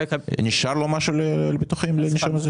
נשאר לו משהו לביטוחים, לנישום הזה?